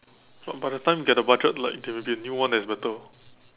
but by the time get the budget like there will be a new one that is better